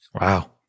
wow